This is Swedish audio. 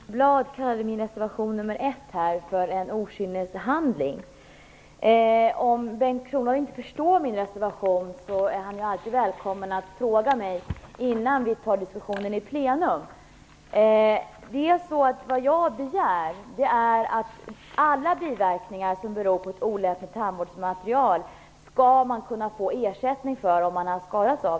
Fru talman! Bengt Kronblad betecknade min reservation nr 1 som en okynneshandling. Om Bengt Kronblad inte förstår min reservation är han alltid välkommen att fråga mig innan vi tar upp en diskussion under plenum. Vad jag begär är att man skall kunna få ersättning för alla biverkningar som beror ett olämpligt tandvårdsmaterial.